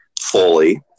fully